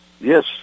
Yes